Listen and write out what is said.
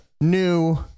new